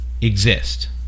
exist